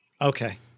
Okay